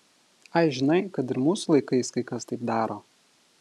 ai žinai kad ir mūsų laikais kai kas taip daro